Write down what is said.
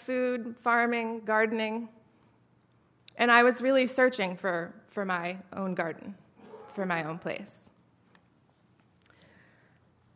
food farming gardening and i was really searching for for my own garden for my own place